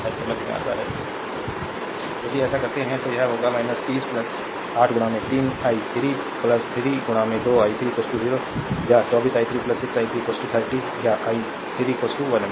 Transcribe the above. slide time देखें 2726 यदि ऐसा करते हैं तो यह होगा 30 8 3 i 3 3 2 i 3 0 या 24 i 3 6 i 3 30 या i 3 1 एम्पीयर